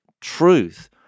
truth